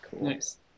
Nice